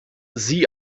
sie